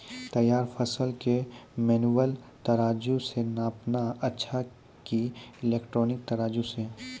तैयार फसल के मेनुअल तराजु से नापना अच्छा कि इलेक्ट्रॉनिक तराजु से?